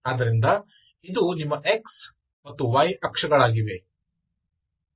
ಆದ್ದರಿಂದ ಇದು ನಿಮ್ಮ x y ಅಕ್ಷಗಳಾಗಿವೆ